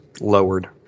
lowered